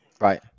Right